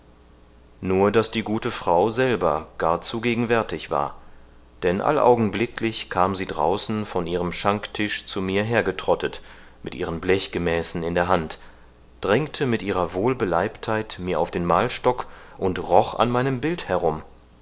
nur daß die gute frau selber gar zu gegenwärtig war denn allaugenblicklich kam sie draußen von ihrem schanktisch zu mir hergetrottet mit ihren blechgemäßen in der hand drängte mit ihrer wohlbeleibtheit mir auf den malstock und roch an meinem bild herum